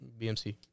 BMC